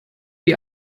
wie